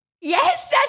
Yes